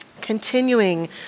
continuing